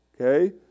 okay